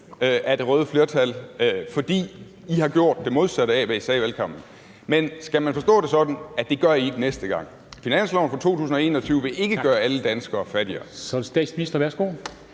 af det røde flertal, fordi I har gjort det modsatte af, hvad I sagde i valgkampen. Men skal man forstå det sådan, at det gør I ikke næste gang? Finansloven for 2021 vil ikke gøre alle danskere fattigere.